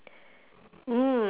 mm